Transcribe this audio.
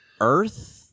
earth